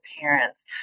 parents